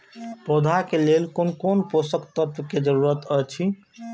पौधा के लेल कोन कोन पोषक तत्व के जरूरत अइछ?